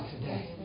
today